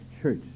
church